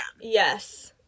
Yes